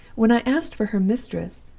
when i asked for her mistress,